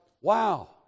wow